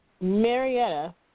Marietta